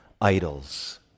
idols